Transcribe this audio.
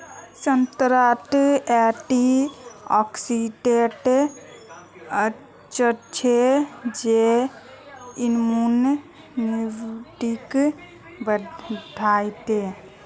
संतरात एंटीऑक्सीडेंट हचछे जे इम्यूनिटीक बढ़ाछे